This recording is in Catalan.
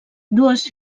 dues